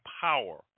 power